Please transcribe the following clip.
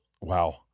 wow